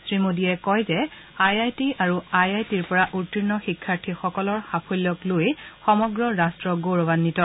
শ্ৰীমোদীয়ে কয় যে আই আই টি আৰু আই আই টিৰ পৰা উৰ্ত্তীণ শিক্ষাৰ্থীসকলৰ সাফল্যক লৈ সমগ্ৰ ৰাট্ট গৌৰৱাঘিত